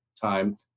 time